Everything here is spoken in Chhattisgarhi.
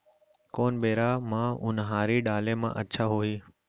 कोन बेरा म उनहारी डाले म अच्छा होही?